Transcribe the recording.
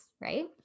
right